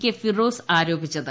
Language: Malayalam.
കെ ഫിറോസ് ആരോപിച്ചത്